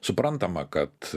suprantama kad